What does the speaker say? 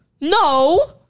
No